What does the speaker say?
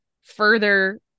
further